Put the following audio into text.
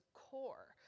core